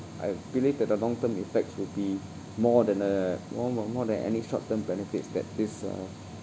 I believe that the long term effects would be more than uh more more more than any short term benefits that this uh